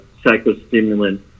psychostimulant